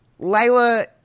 Layla